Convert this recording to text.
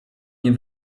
nie